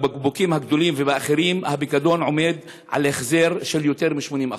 בבקבוקים הגדולים ובאחרים הפיקדון עומד על החזר של יותר מ-80%?